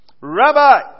Rabbi